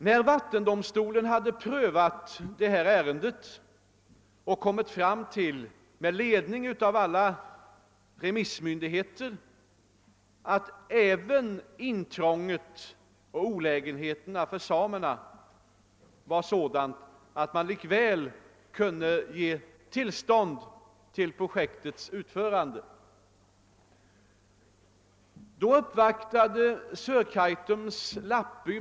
När vattendomstolen har prövat detta ärende och med ledning av alla remissmyndigheters uttalanden kommit fram till att man trots intrånget och olägenheterna för samerna likväl kunde ge tillstånd för projektets utförande, uppvaktades jag av Sörkaitums lappby.